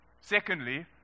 Secondly